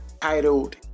titled